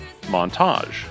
montage